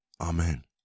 Amen